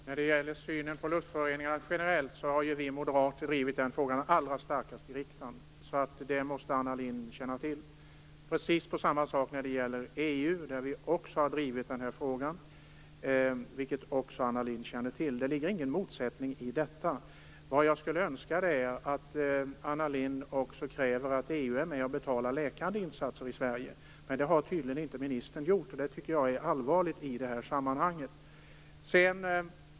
Herr talman! Vi moderater är de som drivit frågan om luftföroreningar generellt allra starkast i riksdagen. Det måste Anna Lindh känna till. Detsamma gäller EU. Även i det sammanhanget har vi drivit den här frågan. Också detta känner Anna Lindh till. Det finns ingen motsättning i detta. Vad jag skulle önska är att Anna Lindh också kräver att EU är med och betalar läkande insatser i Sverige. Det har tydligen inte ministern gjort, och det tycker jag är allvarligt i det här sammanhanget.